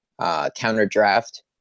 counter-draft